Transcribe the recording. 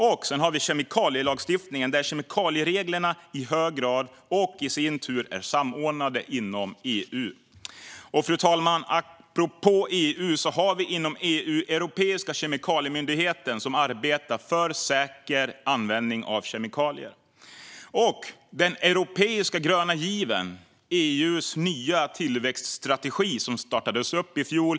Vi har också kemikalielagstiftningen, där kemikaliereglerna i hög grad och i sin tur är samordnade inom EU. Fru talman! Apropå EU har vi inom EU Europeiska kemikaliemyndigheten, som arbetar för säker användning av kemikalier. Europeiska gröna given, EU:s nya tillväxtstrategi, startades upp i fjol.